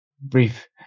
brief